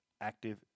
active